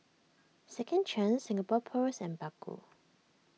Second Chance Singapore Post and Baggu